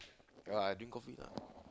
oh I drink coffee lah